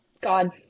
God